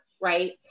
right